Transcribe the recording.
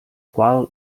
qual